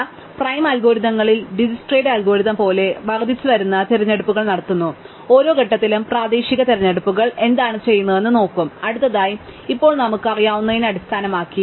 അതിനാൽ പ്രൈം അൽഗോരിതങ്ങളിൽ ദിജ്ക്സ്ട്രയുടെ അൽഗോരിതം പോലെ ഞങ്ങൾ വർദ്ധിച്ചുവരുന്ന തിരഞ്ഞെടുപ്പുകൾ നടത്തുന്നു ഓരോ ഘട്ടത്തിലും പ്രാദേശിക തിരഞ്ഞെടുപ്പുകൾ ഞങ്ങൾ എന്താണ് ചെയ്യുന്നതെന്ന് നോക്കും അടുത്തതായി ഇപ്പോൾ നമുക്ക് അറിയാവുന്നതിനെ അടിസ്ഥാനമാക്കി